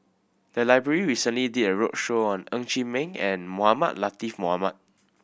the library recently did a roadshow on Ng Chee Meng and Mohamed Latiff Mohamed